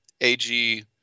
Ag